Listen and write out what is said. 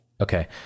Okay